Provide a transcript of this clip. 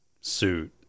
suit